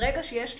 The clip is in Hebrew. ברגע שיש תלונה,